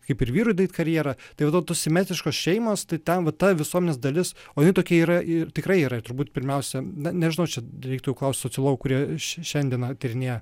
kaip ir vyrui daryt karjerą tai dė to tos simetriškos šeimos tai ten va ta visuomenės dalis o jinai tokia yra ir tikrai yra ir turbūt pirmiausia na nežinau čia reiktų klaust sociologų kurie šia šiandieną tyrinėja